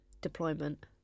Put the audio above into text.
deployment